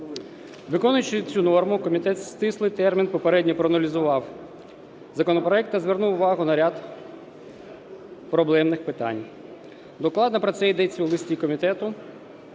Виконуючи цю норму, комітет в стислий термін попередньо проаналізував законопроект та звернув увагу на ряд проблемних питань, докладно про це ідеться в листі комітету